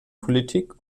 politik